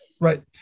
Right